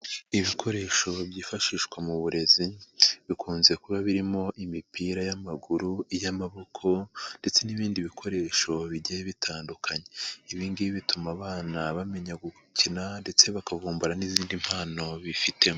Ibikoresho byifashishwa mu burezi bikunze kuba birimo imipira y'amaguru, iy'amaboko ndetse n'ibindi bikoresho bigiye bitandukanye, ibi ngibi bituma abana bamenya gukina ndetse bakavumbura n'izindi mpano bifitemo.